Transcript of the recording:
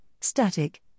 static